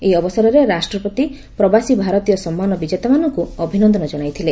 ଏହି ଅବସରରେ ରାଷ୍ଟ୍ରପତି ପ୍ରବାସୀ ଭାରତୀୟ ସମ୍ମାନ ବିଜେତାମାନଙ୍କୁ ଅଭିନନ୍ଦନ ଜଣାଇଥିଲେ